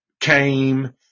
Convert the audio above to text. came